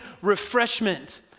refreshment